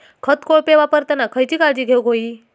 खत कोळपे वापरताना खयची काळजी घेऊक व्हयी?